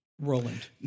Roland